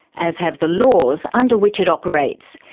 as have the laws under which it operates,